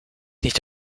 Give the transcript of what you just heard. nicht